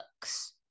books